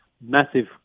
massive